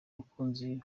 mukunzi